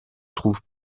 trouvent